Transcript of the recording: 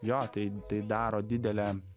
jo tai tai daro didelę